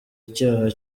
icyaha